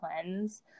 cleanse